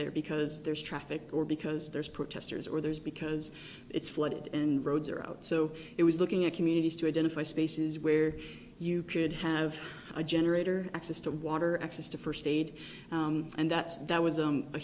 there because there's traffic or because there's protesters or there's because it's flooded and roads are out so it was looking at communities to identify spaces where you could have a generator access to water access to first aid and that's that was